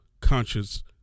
conscious